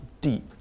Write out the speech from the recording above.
deep